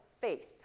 faith